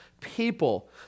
people